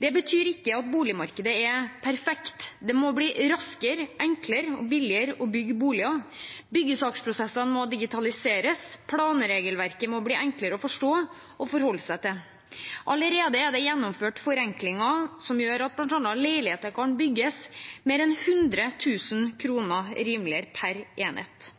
Det betyr ikke at boligmarkedet er perfekt. Det må bli raskere, enklere og billigere å bygge boliger. Byggesaksprosessene må digitaliseres, og planregelverket må bli enklere å forstå og forholde seg til. Allerede er det gjennomført forenklinger som gjør at bl.a. leiligheter kan bygges mer enn 100 000 kr rimeligere per enhet.